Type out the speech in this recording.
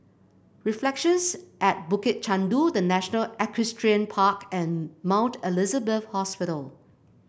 Reflections at Bukit Chandu The National Equestrian Park and Mount Elizabeth Hospital